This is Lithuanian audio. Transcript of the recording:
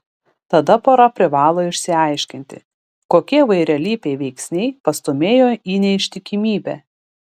tada pora privalo išsiaiškinti kokie įvairialypiai veiksniai pastūmėjo į neištikimybę